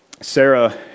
Sarah